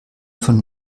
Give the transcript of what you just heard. von